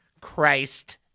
Christ